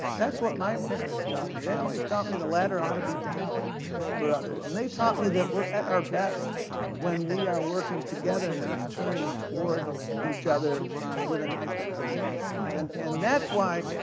that's what my parents taught me. they always taught me the ladder ought to be down for others, and they taught me that we're at our best when we are workin' together, not turning toward each other a knife in our hand. and and that's why,